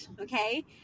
Okay